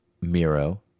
Miro